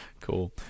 Cool